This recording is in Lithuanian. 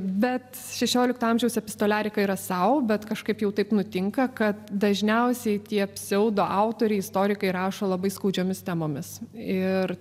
bet šešiolikto amžiaus epstolerika yra sau bet kažkaip jau taip nutinka kad dažniausiai tie psiaudo autoriai istorikai rašo labai skaudžiomis temomis ir